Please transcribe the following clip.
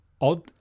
odd